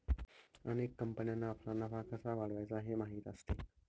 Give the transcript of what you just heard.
अनेक कंपन्यांना आपला नफा कसा वाढवायचा हे माहीत असते